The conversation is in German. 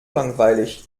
langweilig